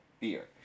beer